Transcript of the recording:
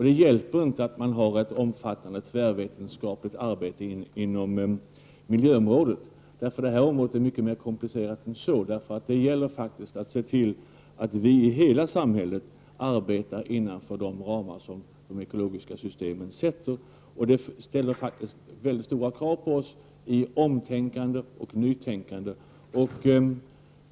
Det hjälper inte att man har ett omfattande tvärvetenskapligt arbete inom miljöområdet, för detta område är mycket mer komplicerat än så. Det gäller faktiskt att se till att vi i hela samhället arbetar innanför de ramar som de ekologiska systemen sätter. Det ställer mycket stora krav på oss i omtänkande och nytänkande.